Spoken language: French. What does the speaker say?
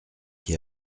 qui